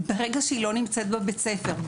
ברגע שהיא לא נמצאת בבית הספר,